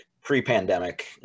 pre-pandemic